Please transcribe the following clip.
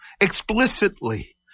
explicitly